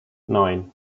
nine